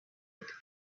look